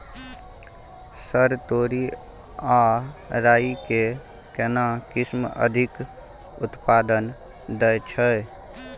Sir तोरी आ राई के केना किस्म अधिक उत्पादन दैय छैय?